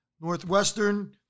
Northwestern